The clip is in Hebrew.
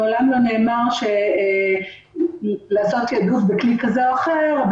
מעולם לא נאמר לעשות תעדוף בכלי כזה או אחר,